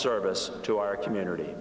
service to our community